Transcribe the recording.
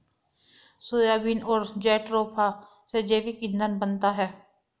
soybean और jatropha से जैविक ईंधन बनता है